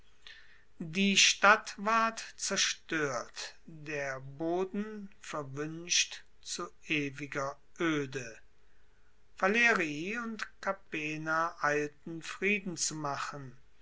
die stadt ward zerstoert der boden verwuenscht zu ewiger oede falerii und capena eilten frieden zu machen